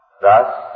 Thus